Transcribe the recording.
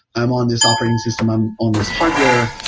i'm on this operating system. i'm on this hardware.